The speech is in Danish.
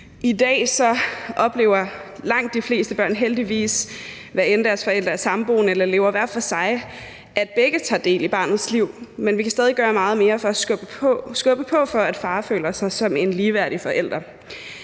I dag oplever langt de fleste børn heldigvis, hvad enten deres forældre er samboende eller lever hver for sig, at begge tager del i barnets liv, men vi kan stadig gøre meget mere for at skubbe på for, at far føler sig som en ligeværdig forælder.